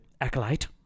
acolyte